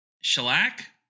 Shellac